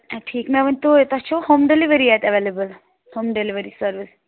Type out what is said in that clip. آ ٹھیٖک مےٚ ؤنۍتو تۄہہِ چھَو ہوم ڈیلِؤری اَتہِ ایٚویلیبُل ہوم ڈیلِؤری سٔروِس